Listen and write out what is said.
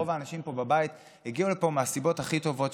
רוב האנשים פה בבית הגיעו לפה מהסיבות הכי טוב שיש,